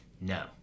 No